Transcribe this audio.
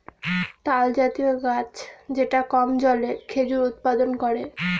তালজাতীয় গাছ যেটা কম জলে খেজুর উৎপাদন করে